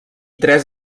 tres